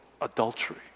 adultery